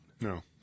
No